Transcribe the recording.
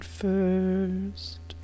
first